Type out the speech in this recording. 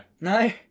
No